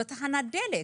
זה גם בתחנות דלק.